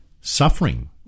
suffering